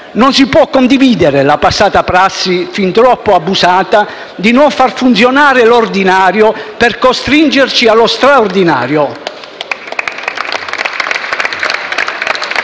Non si può condividere la passata prassi, fin troppo abusata, di non far funzionare l'ordinario per costringerci allo straordinario.